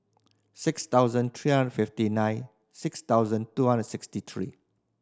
six thousand three hundred fifty nine six thousand two hundred sixty three